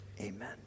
amen